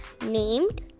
named